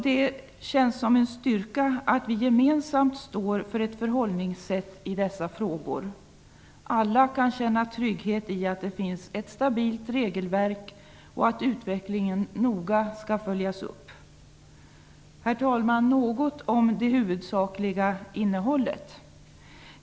Det känns som en styrka att vi gemensamt står för ett förhållningssätt i dessa frågor. Alla kan känna trygghet i att det finns ett stabilt regelverk och att utvecklingen noga skall följas upp. Herr talman! Jag skall nu säga något om det huvudsakliga innehållet.